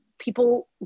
people